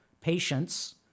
patients